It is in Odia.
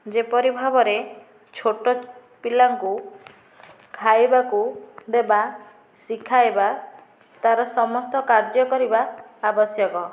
ଯେପରି ଭାବରେ ଛୋଟପିଲାଙ୍କୁ ଖାଇବାକୁ ଦେବା ଶିଖାଇବା ତାର ସମସ୍ତ କାର୍ଯ୍ୟ କରିବା ଆବଶ୍ୟକ